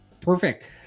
perfect